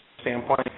standpoint